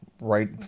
right